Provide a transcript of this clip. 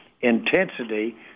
Intensity